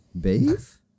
Beef